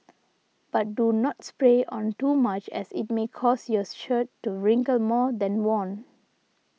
but do not spray on too much as it may cause your shirt to wrinkle more than worn